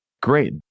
Great